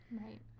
Right